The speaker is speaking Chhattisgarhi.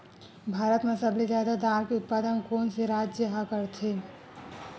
भारत मा सबले जादा दाल के उत्पादन कोन से राज्य हा करथे?